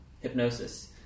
hypnosis